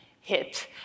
hit